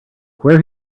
where